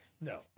No